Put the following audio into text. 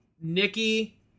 Nikki